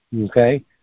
Okay